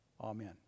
Amen